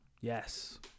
yes